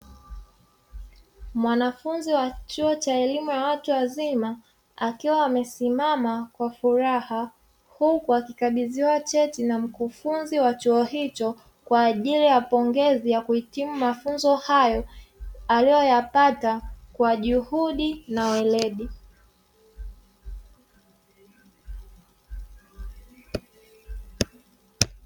Mwanafunzi wa chuo cha elimu ya watu wazima akiwa amesimama kwa furaha, huku akikabidhiwa cheti na mkufunzi wa chuo hicho kwa ajili ya pongezi ya kuhitimu mafunzo hayo, aliyoyapata kwa juhudi na weledi.